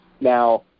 Now